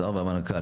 השר והמנכ"ל,